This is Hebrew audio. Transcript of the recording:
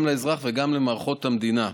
גם לאזרח וגם למערכות המדינה: